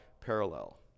parallel